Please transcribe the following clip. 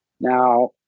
now